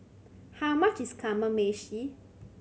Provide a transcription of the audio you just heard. how much is Kamameshi